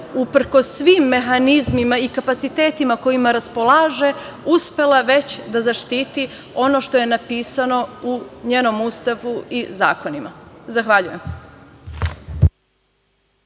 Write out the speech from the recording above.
uprkos svim mehanizmima i kapacitetima kojima raspolaže uspela već da zaštiti ono što je napisano u njenom Ustavu i zakonima? Zahvaljujem.